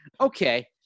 Okay